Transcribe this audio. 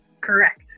Correct